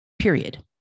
Period